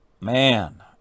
man